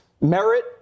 merit